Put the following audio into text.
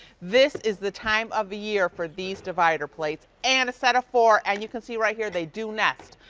this is the time of year for these divider plates. and a set of four. and you can see right here, they do nest.